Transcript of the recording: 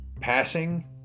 passing